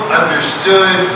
understood